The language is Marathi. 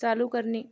चालू करणे